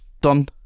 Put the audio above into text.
Done